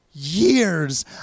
years